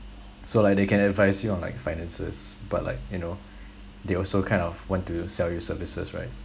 so like they can advise you on like finances but like you know they also kind of want to sell you services right